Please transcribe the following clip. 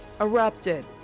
erupted